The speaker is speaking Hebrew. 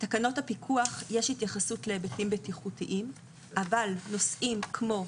בתקנות הפיקוח יש התייחסות להיבטים בטיחותיים אבל נושאים כמו